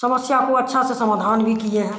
समस्या को अच्छा सा समाधान भी किए हैं